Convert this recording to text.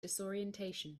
disorientation